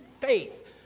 faith